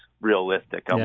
realistic